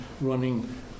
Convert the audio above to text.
running